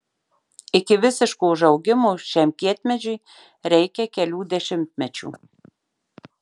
iki visiško užaugimo šiam kietmedžiui reikia kelių dešimtmečių